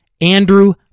Andrew